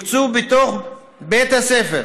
בתוך בית הספר